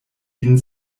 vin